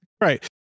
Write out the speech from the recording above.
Right